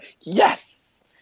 Yes